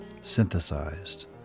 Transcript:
synthesized